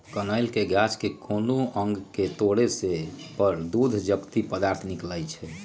कनइल के गाछ के कोनो अङग के तोरे पर दूध जकति पदार्थ निकलइ छै